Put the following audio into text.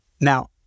Now